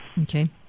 Okay